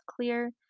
clear